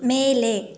ಮೇಲೆ